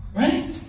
Right